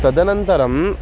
तदनन्तरम्